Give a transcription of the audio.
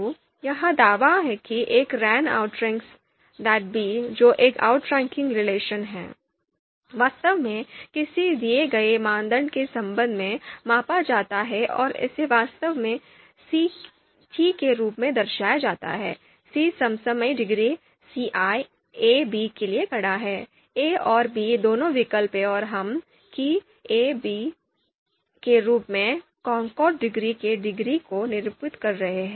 तो यह दावा कि 'एक ran आउट्रैंक्स that बी' जो एक आउट्रैन्किंग रिलेशन है वास्तव में किसी दिए गए मानदंड के संबंध में मापा जाता है और इसे वास्तव में ci के रूप में दर्शाया जाता है c समसामयिक डिग्री ci a b के लिए खड़ा है a और b दोनों विकल्प हैं और हम ci a b के रूप में कॉनकॉर्ड डिग्री की डिग्री को निरूपित कर रहे हैं